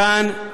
כאן,